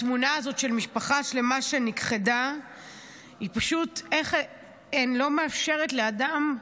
התמונה הזו של משפחה שלמה שנכחדה פשוט לא מאפשרת לאדם,